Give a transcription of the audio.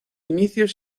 inicios